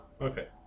okay